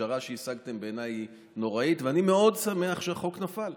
הפשרה שהשגתם בעיניי היא נוראית ואני מאוד שמח שהחוק נפל.